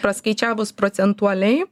paskaičiavus procentuolei